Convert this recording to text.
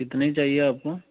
कितनी चाहिए आपको